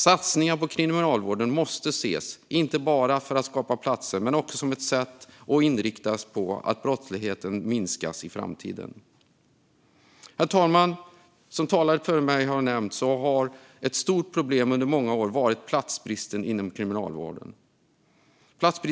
Satsningar på Kriminalvården, inte bara för att skapa platser, måste ses som ett sätt och inriktas på att minska brottsligheten i framtiden. Herr talman! Som talare före mig har nämnt har platsbristen inom Kriminalvården varit ett stort problem under många år.